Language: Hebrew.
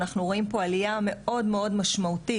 אנחנו רואים פה עלייה מאוד מאד משמעותית,